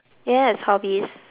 do you have hobbies